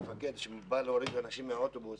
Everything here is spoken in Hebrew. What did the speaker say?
מפקד שבא להוריד אנשים מהאוטובוס,